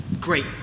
great